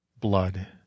blood